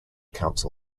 council